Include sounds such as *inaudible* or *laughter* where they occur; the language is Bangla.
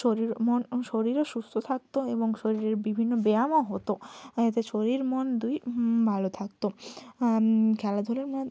শরীর মন ও শরীরও সুস্থ থাকত এবং শরীরের বিভিন্ন ব্যায়ামও হতো তা শরীর মন দুই ভালো থাকত খেলাধূলার *unintelligible*